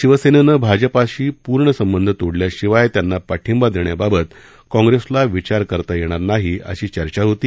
शिवसेनेनं भाजपाशी पूर्ण संबंध तोडल्याशिवाय त्यांना पाठिंबा देण्याबाबत काँग्रेसला विचार करता येणार नाही अशी चर्चा होती